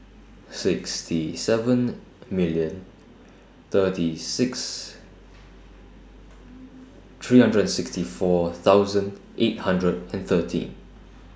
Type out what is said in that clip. sixty seven million thirty six three hundred and sixty four thousand eight hundred and thirteen